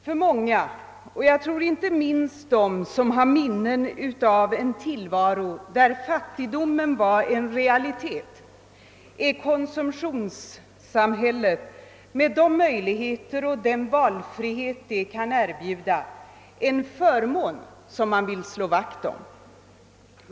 För många, och inte minst dem som har minnen av en tillvaro, där fattigdomen var en realitet, är konsumtionssamhället med de möjligheter och den valfrihet det kan erbjuda en förmån som man vill slå vakt om.